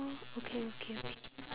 okay okay okay